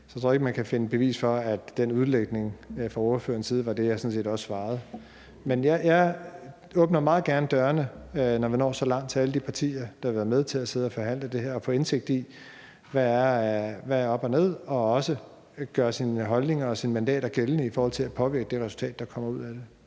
jeg ikke, at man kan finde bevis for, at den udlægning fra ordførerens side var det, jeg svarede. Men jeg åbner meget gerne dørene, når vi når så langt, for alle de partier, der vil være med til at sidde og forhandle det her og få indsigt i, hvad der er op og ned, og også gøre deres holdninger og deres mandater gældende i forhold til at påvirke det resultat, der kommer ud af det.